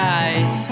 eyes